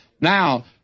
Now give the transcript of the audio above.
Now